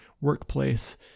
workplace